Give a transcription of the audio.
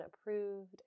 approved